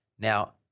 Now